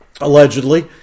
allegedly